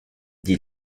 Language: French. dit